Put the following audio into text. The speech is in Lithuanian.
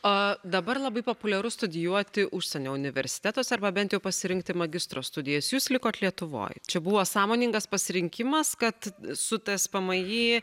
o dabar labai populiaru studijuoti užsienio universitetuose arba bent jau pasirinkti magistro studijas jūs likot lietuvoj čia buvo sąmoningas pasirinkimas kad su tspmi